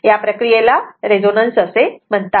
या प्रक्रियेला रेझोनन्स असे म्हणतात